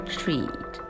treat